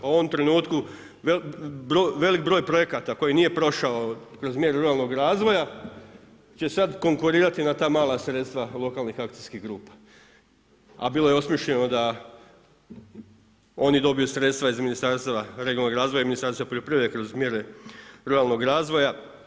U ovom trenutku velik broj projekata koji nije prošao kroz mjeru ruralnog razvoja će sad konkurirati na ta mala sredstva lokalnih akcijskih grupa, a bilo je osmišljeno da oni dobiju sredstva iz Ministarstva regionalnog razvoja i Ministarstva poljoprivrede kroz mjere ruralnog razvoja.